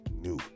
new